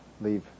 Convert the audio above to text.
leave